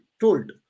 told